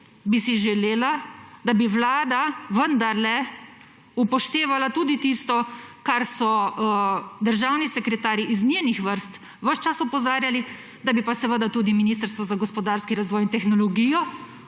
bi si, da bi Vlada vendarle upoštevala tudi tisto, kar so državni sekretarji iz njenih vrst ves čas opozarjali, da bi pa seveda tudi Ministrstvo za gospodarski razvoj in tehnologijo